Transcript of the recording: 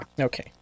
Okay